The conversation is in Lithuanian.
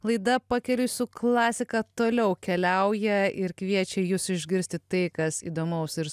laida pakeliui su klasika toliau keliauja ir kviečia jus išgirsti tai kas įdomaus ir